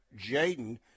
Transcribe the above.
Jaden